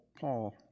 Paul